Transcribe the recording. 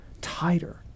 tighter